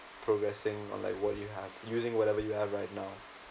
progressing on like what you have using whatever you have right now